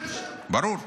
יותר,